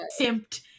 simped